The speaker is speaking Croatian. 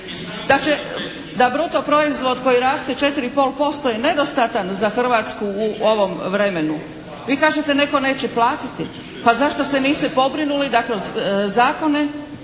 4,6%, da bruto proizvod koji raste 4,5% je nedostatan za Hrvatsku u ovom vremenu. Vi kažete netko neće platiti. Pa zašto se niste pobrinuli da kroz zakone